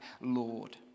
Lord